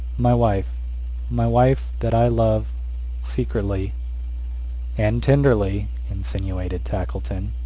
my wife my wife that i love secretly and tenderly, insinuated tackleton.